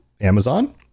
Amazon